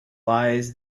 lies